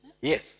Yes